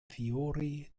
fiori